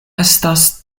estas